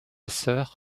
sœur